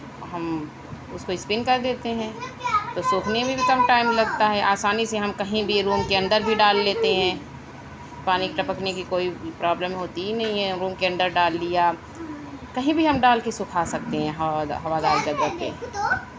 ہم اس کو اسپن کر دیتے ہیں تو سوکھنے میں بھی کم ٹائم لگتا ہے آسانی سے ہم کہیں بھی روم کے اندر بھی ڈال لیتے ہیں پانی ٹپکنےکی کوئی پرابلم ہوتی ہی نہیں ہے روم کے اندر ڈال لیا کہیں بھی ہم ڈال کے سکھا سکتے ہیں ہوادا ہوادار جگہ پہ